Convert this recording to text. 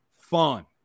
fun